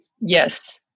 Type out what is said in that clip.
yes